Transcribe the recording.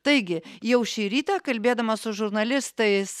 taigi jau šį rytą kalbėdamas su žurnalistais